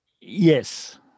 Yes